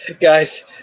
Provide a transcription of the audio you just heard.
Guys